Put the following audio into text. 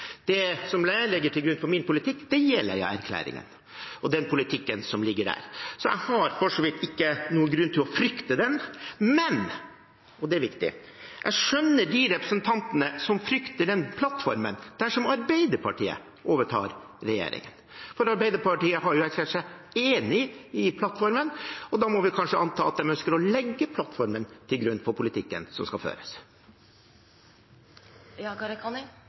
Det som jeg legger til grunn for min politikk, er Jeløya-erklæringen og den politikken som ligger der. Så jeg har for så vidt ikke noen grunn til å frykte den. Men – og det er viktig – jeg skjønner de representantene som frykter denne plattformen dersom Arbeiderpartiet kommer i regjering. Arbeiderpartiet har jo erklært seg enig i plattformen, og da må vi kanskje anta at de ønsker å legge plattformen til grunn for politikken som skal føres.